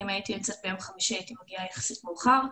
אם הייתי יוצאת ביום חמישי הייתי מגיעה יחסית מאוחר,